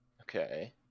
Okay